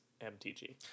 MTG